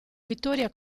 vittoria